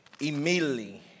Immediately